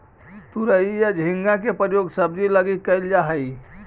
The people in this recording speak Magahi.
तुरई या झींगा के प्रयोग सब्जी लगी कैल जा हइ